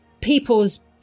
people's